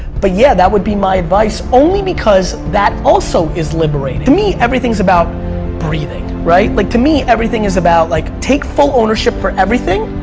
but yeah, that would be my advise. only because that, also, is liberating. to me, everything's about breathing. like to me, everything is about like take full ownership for everything.